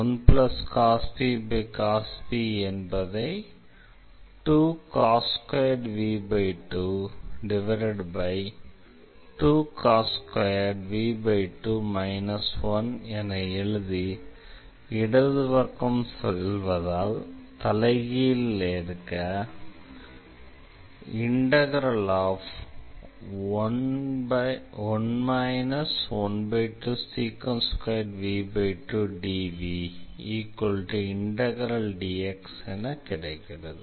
1cos v cos v என்பதை 2cos2v2 2cos2v2 1 என எழுதி இடது பக்கம் செல்வதால் தலைகீழ் எடுக்க 1 12sec2v2 dvdx v tan v2 xc என கிடைக்கிறது